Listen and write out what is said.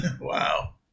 Wow